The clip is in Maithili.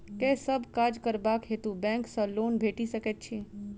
केँ सब काज करबाक हेतु बैंक सँ लोन भेटि सकैत अछि?